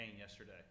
yesterday